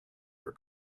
for